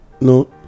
no